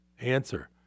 Answer